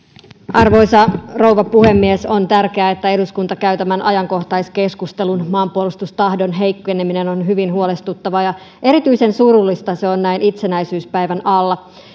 arvoisa rouva puhemies on tärkeää että eduskunta käy tämän ajankohtaiskeskustelun maanpuolustustahdon heikkeneminen on hyvin huolestuttavaa ja erityisen surullista se on näin itsenäisyyspäivän alla